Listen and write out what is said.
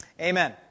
amen